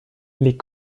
les